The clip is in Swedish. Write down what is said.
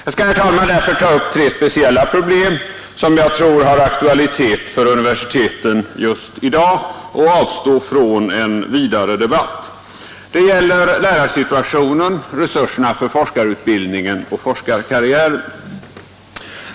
Jag skall, herr talman, därför ta upp tre speciella problem som jag tror har aktualitet för universiteten just i dag och avstå från vidare debatt. Det gäller lärarsituationen, resurserna för forskarutbildning och forskarkarriären.